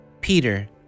Peter